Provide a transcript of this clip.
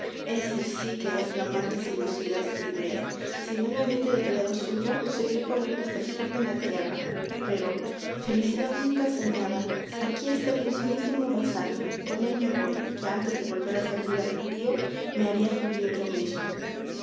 sí que da flamantes y lucidas libreas si no me admite de criado suyo seguiré corriendo hasta el fin de la tierra pero felicidad nunca soñada aquí está el mismísimo basanio con él me voy que antes de volver á servir al judío me haria judío yo mismo